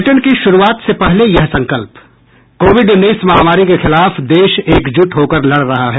bulletin की शुरूआत से पहले ये संकल्प कोविड उन्नीस महामारी के खिलाफ देश एकजुट होकर लड़ रहा है